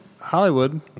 Hollywood